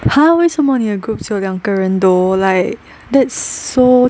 !huh! 为什么你的 group 只有两个人 though like that's so